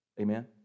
Amen